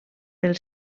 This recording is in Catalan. pel